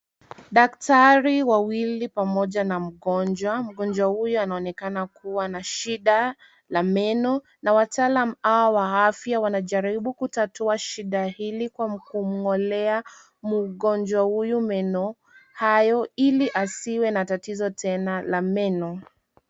Daktari, wawili pamoja na mgonjwa. Mgonjwa huyo anaonekana kuwa na shida la meno na wataalam hawa wa afya wanajaribu kutatua shida hili kwa kumng'olea mgonjwa huyu meno hayo ili asiwe na tatizo tena la meno.